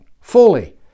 fully